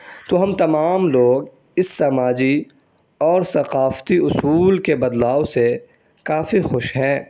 تو ہم تمام لوگ اس سماجی اور ثقافتی اصول کے بدلاؤ سے کافی خوش ہیں